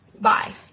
bye